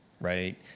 right